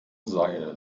sei